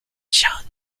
tiens